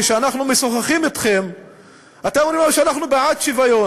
כשאנחנו משוחחים אתכם אתם אומרים: אנחנו בעד שוויון,